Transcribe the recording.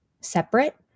separate